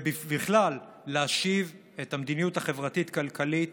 ובכלל, להשיב את המדיניות החברתית-כלכלית